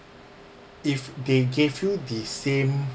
if they gave you the same